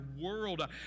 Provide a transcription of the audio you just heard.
world